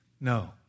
No